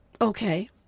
Okay